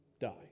die